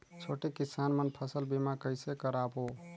छोटे किसान मन फसल बीमा कइसे कराबो?